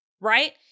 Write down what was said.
right